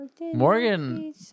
Morgan